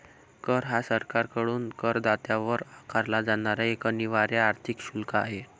कर हा सरकारकडून करदात्यावर आकारला जाणारा एक अनिवार्य आर्थिक शुल्क आहे